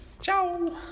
ciao